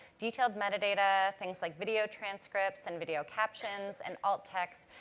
detailed metadata, things like video transcripts, and video captions, and alt text